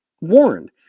warned